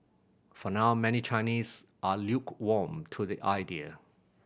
for now many Chinese are lukewarm to the idea